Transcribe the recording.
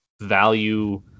value